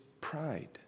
pride